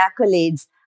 accolades